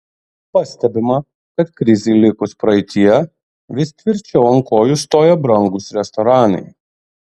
pastebima kad krizei likus praeityje vis tvirčiau ant kojų stoja brangūs restoranai